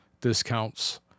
discounts